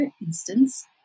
instance